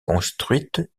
construite